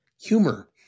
humor